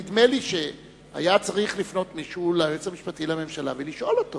נדמה לי שהיה צריך לפנות מישהו ליועץ המשפטי לממשלה ולשאול אותו